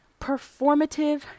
performative